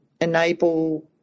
enable